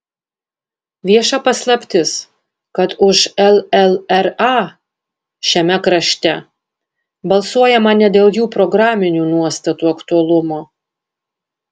vieša paslaptis kad už llra šiame krašte balsuojama ne dėl jų programinių nuostatų aktualumo